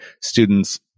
students